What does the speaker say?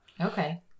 Okay